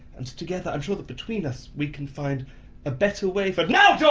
and together i'm sure that between us we can find a better way for now,